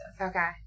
Okay